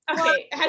okay